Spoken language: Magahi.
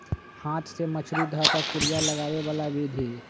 हाथ से मछरी ध कऽ कुरिया लगाबे बला विधि